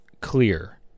Clear